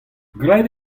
graet